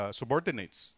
subordinates